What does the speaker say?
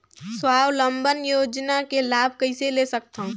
स्वावलंबन योजना के लाभ कइसे ले सकथव?